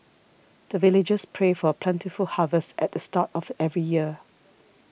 the villagers pray for plentiful harvest at the start of every year